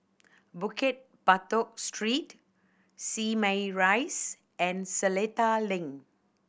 Bukit Batok Street Simei Rise and Seletar Link